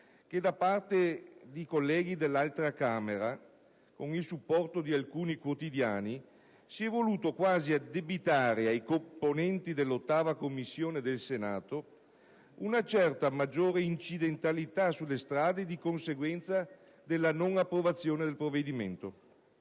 che da parte dei colleghi dell'altra Camera, con il supporto di alcuni quotidiani, si è voluto quasi addebitare ai componenti della 8a Commissione del Senato una certa maggiore incidentalità sulle strade di conseguenza della non approvazione del provvedimento.